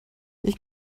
ich